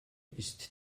ist